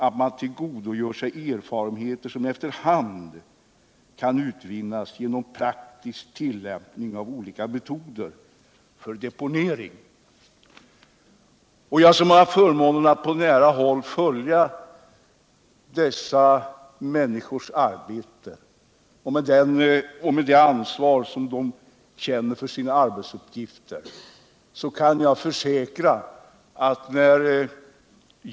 att man tillgodogör sig erfarenheter som efter hand kan vinnas genom praktisk tillämpning av olika metoder för deponering, understryker tjänstemännen. Jag har haft förmånen att på nära håll följa deras arbete, och jag vet vilket ansvar de känner för sina uppgifter.